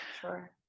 Sure